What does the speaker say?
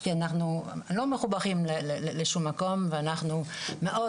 כי אנחנו לא מחוברים לשום מקום ואנחנו מאוד